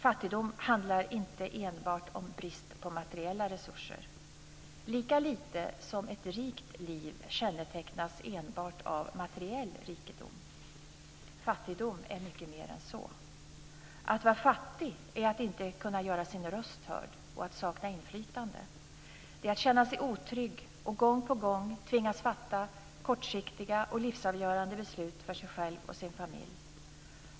Fattigdom handlar inte enbart om brist på materiella resurser - lika lite som ett rikt liv kännetecknas enbart av materiell rikedom. Fattigdom är mycket mer än så. Att vara fattig är att inte kunna göra sin röst hörd och att sakna inflytande. Det är att känna sig otrygg och gång på gång tvingas fatta kortsiktiga, livsavgörande beslut för sig själv och sin familj.